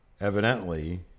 evidently